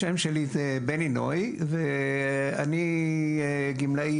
שמי בני נוי ואני גמלאי,